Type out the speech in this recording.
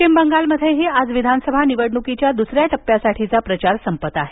पश्चिम बंगालमध्येही आज विधानसभा निवडणुकीच्या दुसऱ्या टप्प्यासाठीचा प्रचार संपत आहे